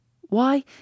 Why